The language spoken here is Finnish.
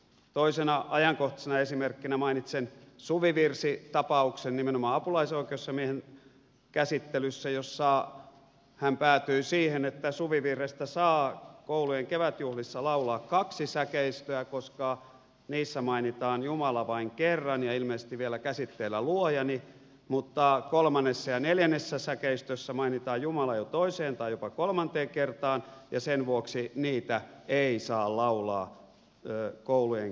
toisena ajankohtaisena esimerkkinä mainitsen suvivirsitapauksen nimenomaan apulaisoikeusasiamiehen käsittelyssä jossa hän päätyi siihen että suvivirrestä saa koulujen kevätjuhlissa laulaa kaksi säkeistöä koska niissä mainitaan jumala vain kerran ja ilmeisesti vielä käsitteellä luojani mutta kolmannessa ja neljännessä säkeistössä mainitaan jumala jo toiseen tai jopa kolmanteen kertaan ja sen vuoksi niitä ei saa laulaa koulujen kevätjuhlissa